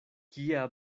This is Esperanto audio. kia